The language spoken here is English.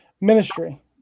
ministry